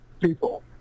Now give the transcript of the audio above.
people